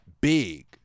big